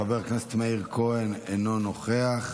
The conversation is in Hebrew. חבר הכנסת מאיר כהן, אינו נוכח.